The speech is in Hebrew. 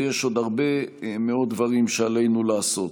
ויש עוד הרבה מאוד דברים שעלינו לעשות.